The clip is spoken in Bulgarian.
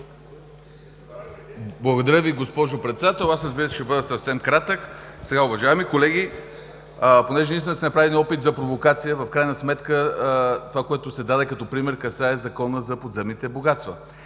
Благодаря Ви, госпожо Председател. Ще бъда съвсем кратък. Уважаеми колеги, понеже се опита да се направи опит за провокация, в крайна сметка това, което се даде като пример, касае Закона за подземните богатства.